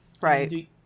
Right